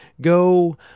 Go